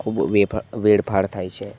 ખૂબ વે વેડફાર થાય છે